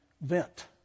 vent